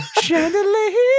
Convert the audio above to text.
Chandelier